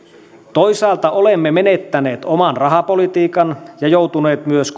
toisaalta olemme menettäneet oman rahapolitiikan ja joutuneet myös